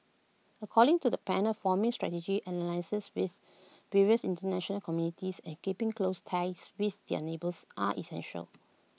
according to the panel forming strategic alliances with various International communities and keeping close ties with their neighbours are essential